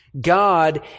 God